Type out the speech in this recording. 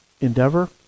endeavor